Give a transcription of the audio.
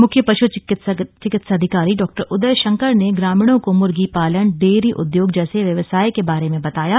मुख्य पश् चिकित्साधिकारी डॉ उदय शंकर ने ग्रामीणों को मूर्गी पालन डेयरी उद्योग जैसे व्यवसाय के बारे में बताया गया